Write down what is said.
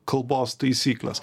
kalbos taisyklės